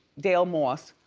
dale moss.